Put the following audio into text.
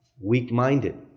weak-minded